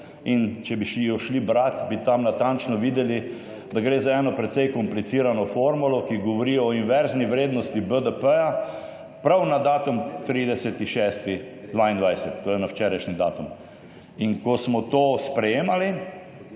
Če bi jo šli brat, bi tam natančno videli, da gre za eno precej komplicirano formulo, ki govori o inverzni vrednosti BDP prav na datum 30. 6. 2022, to je na včerajšnji datum. Ko je Evropski